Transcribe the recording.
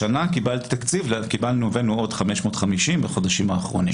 השנה קיבלנו תקציב והבאנו עוד 550 בחודשים האחרונים.